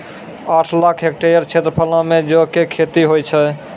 आठ लाख हेक्टेयर क्षेत्रफलो मे जौ के खेती होय छै